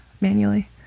manually